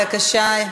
בבקשה.